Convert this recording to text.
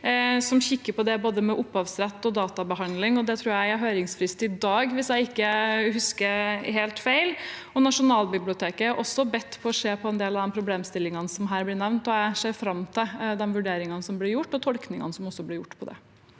man kikker på både opphavsrett og databehandling. Jeg tror det er høringsfrist i dag, hvis jeg ikke husker helt feil. Nasjonalbiblioteket er også bedt om å se på en del av problemstillingene som her ble nevnt. Jeg ser fram til å se vurderingene som blir gjort, og også tolkningene som blir gjort av det.